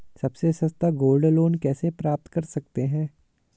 सबसे सस्ता gold loan कैसे प्राप्त कर सकते हैं?